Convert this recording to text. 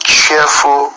cheerful